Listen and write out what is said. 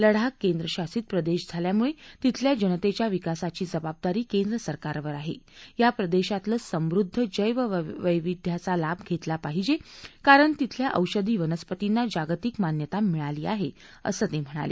लडाख केंद्रशासित प्रदर्धी झाल्यामुळ तिथल्या जनतस्वि विकासाची जबाबदारी केंद्रसरकारवर आहा आ प्रदश्वीतलं समृद्ध जेववैविध्याचा लाभ घत्तला पाहिजा क्रिारण अल्या औषधी वनस्पतींना जागतिक मान्यता मिळाली आहा असं त्यांनी सांगितलं